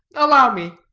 allow me.